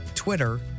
Twitter